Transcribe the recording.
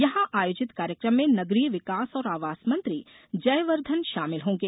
यहां आयोजित कार्यक्रम में नगरीय विकास और आवास मंत्री जयवर्धन शामिल होंगे